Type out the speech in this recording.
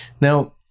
now